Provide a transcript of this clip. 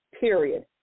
period